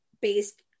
based